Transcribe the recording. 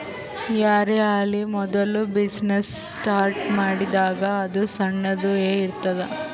ಯಾರೇ ಆಲಿ ಮೋದುಲ ಬಿಸಿನ್ನೆಸ್ ಸ್ಟಾರ್ಟ್ ಮಾಡಿದಾಗ್ ಅದು ಸಣ್ಣುದ ಎ ಇರ್ತುದ್